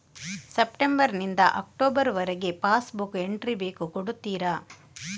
September ನಿಂದ October ವರಗೆ passbook entry ಬೇಕು ಕೊಡುತ್ತೀರಾ?